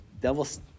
devil's